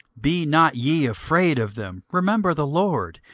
be not ye afraid of them remember the lord,